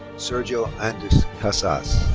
sergio andres casas.